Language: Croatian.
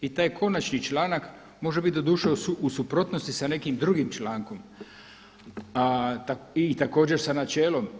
I taj konačni članak može bit doduše u suprotnosti sa nekim drugim člankom i također sa načelom.